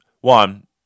One